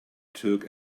took